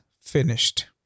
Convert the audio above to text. finished